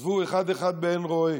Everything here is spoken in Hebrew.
עזבו אחד-אחד באין רואה.